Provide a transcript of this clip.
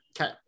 Okay